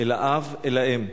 אל האב, אל האם,